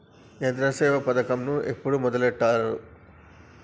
యంత్రసేవ పథకమును ఎప్పుడు మొదలెట్టారు?